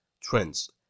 trends